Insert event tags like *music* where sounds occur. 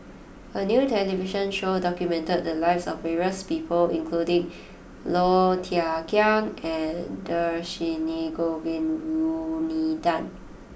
a new television show documented the lives of various people including Low Thia Khiang and Dhershini Govin *hesitation* Winodan